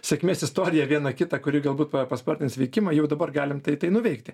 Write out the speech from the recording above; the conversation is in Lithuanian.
sėkmės istoriją vieną kitą kuri galbūt paspartins veikimą jau dabar galim tai tai nuveikti